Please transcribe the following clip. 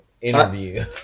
interview